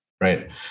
right